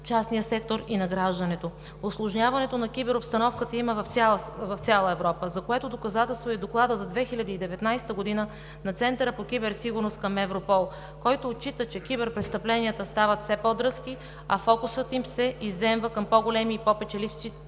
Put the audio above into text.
частния сектор и на гражданите. Усложняване на киберобстановката има в цяла Европа, за което доказателство е Доклада за 2019 г. на Центъра по киберсигурност към Европол, който отчита, че киберпрестъпленията стават все по-дръзки, а фокусът им се изземва към по-големи и по-печеливши